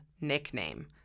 nickname